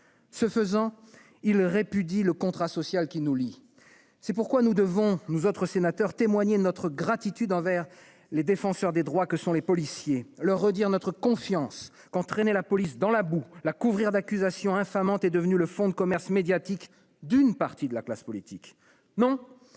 Ce faisant, ils répudient le contrat social qui nous lie. C'est pourquoi nous devons, nous autres sénateurs, témoigner notre gratitude envers les défenseurs des droits que sont les policiers et leur redire notre confiance quand traîner la police dans la boue, la couvrir d'accusations infamantes est devenu le fonds de commerce médiatique d'une partie de la classe politique. Non,